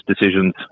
decisions